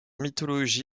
mythologie